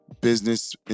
business